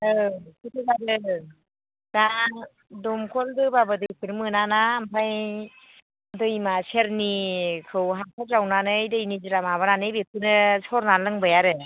ओं दा दमखल दोबाबो दैखौनो मोना ना ओमफ्राय दैमा सेरनिखौ हाखर जावनानै दै निजिरा माबानानै बेखौनो सरना लोंबाय आरो